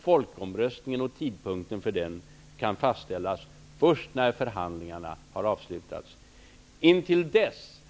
Folkomröstningen och tidpunkten för denna kan fastställas först när förhandlingarna har avslutats. Herr talman!